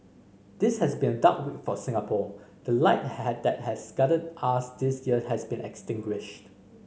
this has been a dark week for Singapore the light has that has guided us these years has been extinguished